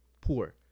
poor